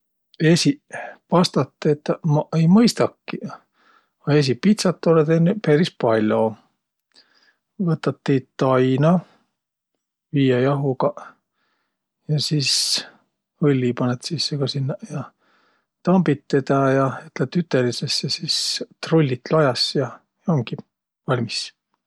Esiq pastat tetäq maq ei mõistakiq, a esiq pitsat olõ tennüq peris pall'o. Võtat, tiit taina viie jahugaq, ja sis, õlli panõt sisse ka sinnäq ja tambit tedä ja, lätt ütelidses ja sis trullit lajas ja umgi valmis.